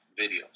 videos